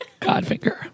Godfinger